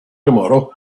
tomorrow